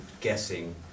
guessing